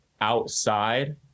outside